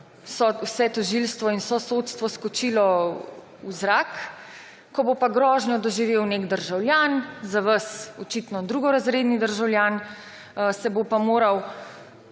vse tožilstvo in vso sodstvo skočilo v zrak. Ko bo pa grožnjo doživel nek državljan, za vas očitno drugorazredni državljan, se bo pa moral